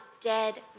dead